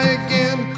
again